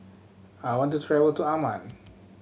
I want to travel to Amman